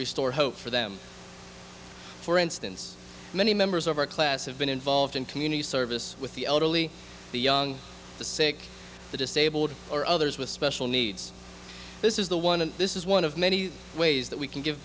restore hope for them for instance many members of our class have been involved in community service with the elderly the young the sick the disabled or others with special needs this is the one and this is one of many ways that we can give